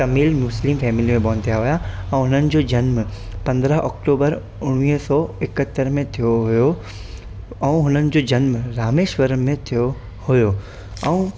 Tamil Muslim family में born थिया हुया ऐं हुननि जो जनमु पंद्रहं अक्टूबर उणिवीह सौ एकहतरि में थियो हुयो ऐं हुननि जो जनमु रामेश्वर में थियो हुयो ऐं